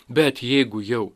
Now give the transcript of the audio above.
bet jeigu jau